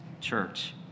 church